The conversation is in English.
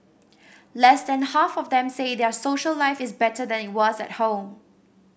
less than half of them say their social life is better than it was at home